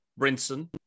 Brinson